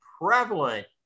prevalent